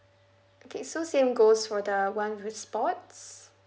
okay so same goes for the [one] with sports